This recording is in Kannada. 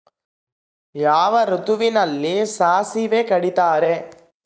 ಯಾವ ಋತುವಿನಲ್ಲಿ ಸಾಸಿವೆ ಕಡಿತಾರೆ?